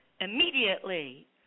immediately